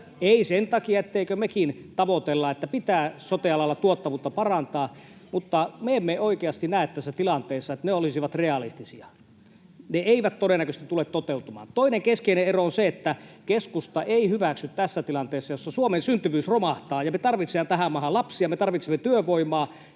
ei sen takia, etteikö mekin tavoitella, että pitää sote-alalla tuottavuutta parantaa, mutta me emme oikeasti näe tässä tilanteessa, että ne olisivat realistisia. Ne eivät todennäköisesti tule toteutumaan. Toinen keskeinen ero on se, että keskusta ei hyväksy tässä tilanteessa — jossa Suomen syntyvyys romahtaa, me tarvitsemme tähän maahan lapsia ja me tarvitsemme työvoimaa